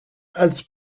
als